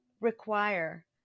require